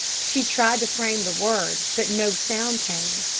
she tried to frame the word, but no sound came,